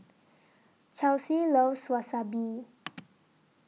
Chelsea loves Wasabi